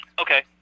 Okay